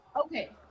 Okay